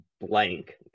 blank